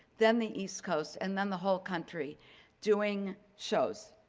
then the east coast and then the whole country doing shows.